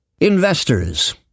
Investors